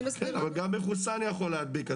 אבל גם מחוסן יכול להדביק.